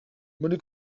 muri